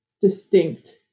distinct